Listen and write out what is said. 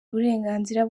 uburenganzira